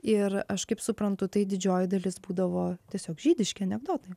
ir aš kaip suprantu tai didžioji dalis būdavo tiesiog žydiški anekdotai